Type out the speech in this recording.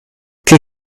che